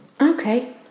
Okay